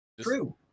True